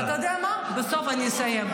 ואתה יודע מה, בסוף, אני אסיים.